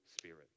spirit